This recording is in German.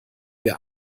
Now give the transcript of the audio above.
wir